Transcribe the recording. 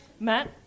Matt